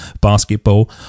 basketball